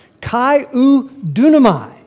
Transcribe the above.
Kai-u-dunamai